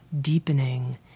deepening